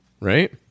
Right